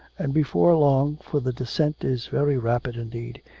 and before long, for the descent is very rapid indeed,